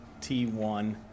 T1